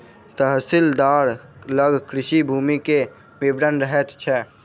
तहसीलदार लग कृषि भूमि के विवरण रहैत छै